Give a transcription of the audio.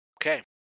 Okay